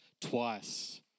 twice